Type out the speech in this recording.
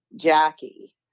Jackie